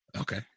okay